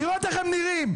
לראות איך הם נראים.